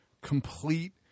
complete